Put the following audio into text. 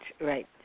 Right